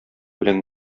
белән